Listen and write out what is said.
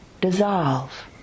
dissolve